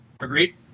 Agreed